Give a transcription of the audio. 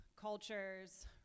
cultures